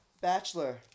Bachelor